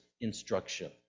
instruction